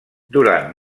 durant